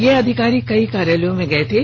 ये अधिकारी कई कार्यालयों में गए थे